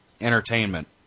entertainment